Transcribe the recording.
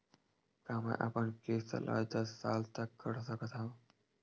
का मैं अपन किस्त ला दस साल तक कर सकत हव?